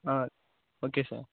ah okay sir